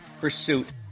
pursuit